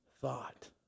thought